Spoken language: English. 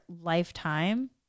lifetime